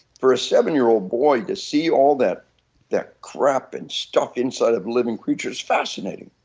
for a seven year old boy to see all that that crap and stuff inside of living creature fascinating.